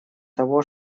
того